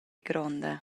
gronda